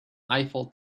eiffel